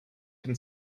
can